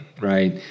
right